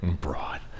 broad